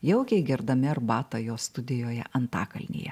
jaukiai gerdami arbatą jo studijoje antakalnyje